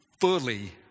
fully